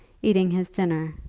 eating his dinner.